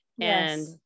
And-